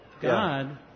God